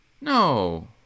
no